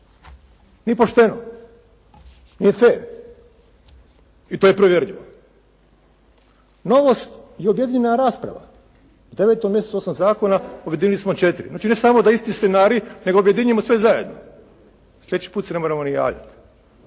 nije pošteno, nije fer i to je provjerljivo. Novost je objedinjena rasprava. U 9. mjesecu 8 zakona, objedinili smo 4. Znači ne samo da je isti scenarij nego objedinjujemo sve zajedno, sljedeći put se ne moramo ni javljati.